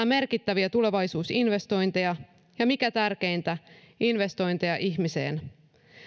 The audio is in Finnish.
merkittäviä tulevaisuusinvestointeja ja mikä tärkeintä investointeja ihmiseen